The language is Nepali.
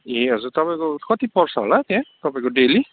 ए हजुर तपाईँको कति पर्छ होला त्यहाँ तपाईँको डेली